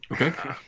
Okay